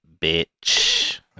bitch